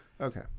Okay